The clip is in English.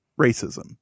racism